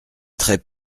très